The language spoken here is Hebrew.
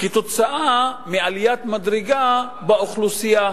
כתוצאה מעליית מדרגה באוכלוסייה.